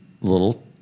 little